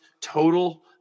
total